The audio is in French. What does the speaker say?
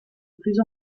plus